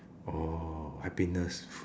oh happiness